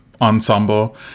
ensemble